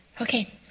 Okay